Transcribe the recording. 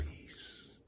peace